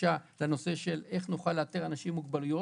הוקדשה לנושא איך נוכל לאתר אנשים עם מוגבלות